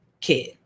kid